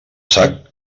sac